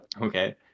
Okay